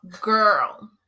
girl